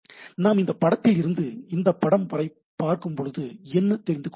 நாம் இந்த படத்தில் இருந்து இந்த படம் வரை பார்க்கும் பொழுது என்ன தெரிந்து கொள்கிறோம்